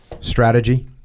strategy